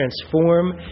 transform